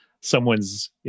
someone's